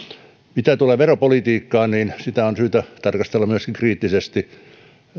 mitä tulee veropolitiikkaan niin myöskin sitä on syytä tarkastella kriittisesti